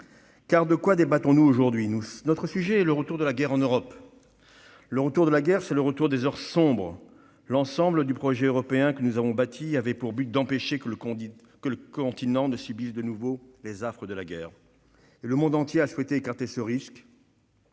De quoi débattons-nous aujourd'hui ? Notre sujet est le retour de la guerre en Europe. Le retour de la guerre, c'est le retour des heures sombres. L'ensemble du projet européen que nous avons bâti avait pour but d'empêcher que le continent ne subisse de nouveau les affres de la guerre. Le monde entier a souhaité écarter ce risque.